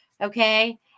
Okay